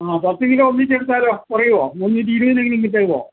ആ പത്ത് കിലോ ഒന്നിച്ചെടുത്താലോ കുറയുമോ മൂന്നൂറ്റി ഇരുപതിനെങ്കിലും എനിക്ക് തരുമോ